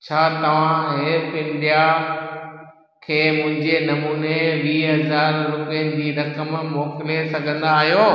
छा तव्हां help India खे मुंहिंजे नमूने वीह हज़ार रुपियनि जी रक़म मोकिले सघंदा आहियो